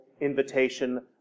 invitation